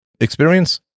experience